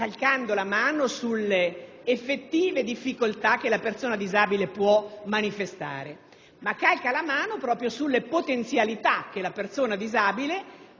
calcare la mano sulle effettive difficoltà che la persona disabile può manifestare; si sottolineano, invece, le potenzialità che la persona disabile